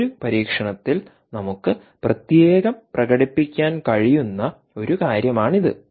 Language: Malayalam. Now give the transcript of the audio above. മറ്റൊരു പരീക്ഷണത്തിൽ നമുക്ക് പ്രത്യേകം പ്രകടിപ്പിക്കാൻ കഴിയുന്ന ഒരു കാര്യമാണിത്